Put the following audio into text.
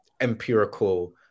empirical